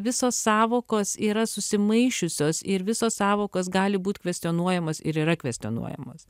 visos sąvokos yra susimaišiusios ir visos sąvokos gali būt kvestionuojamos ir yra kvestionuojamos